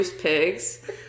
pigs